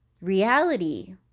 Reality